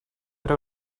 era